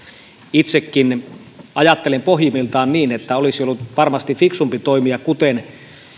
itsekin ajattelen pohjimmiltani niin että olisi ollut varmasti fiksumpi toimia kuten